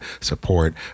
support